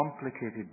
complicated